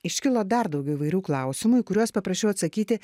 iškilo dar daugiau įvairių klausimų į juos paprasčiau atsakyti